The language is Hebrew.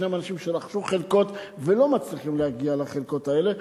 ישנם אנשים שרכשו חלקות ולא מצליחים להגיע לחלקות האלה.